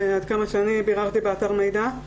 עד כמה שביררתי באתר מידע.